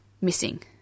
missing